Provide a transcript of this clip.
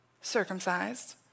circumcised